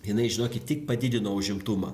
jinai žinokit tik padidino užimtumą